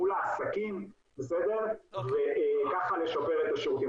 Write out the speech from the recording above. מול העסקים וככה לשפר את השירותים.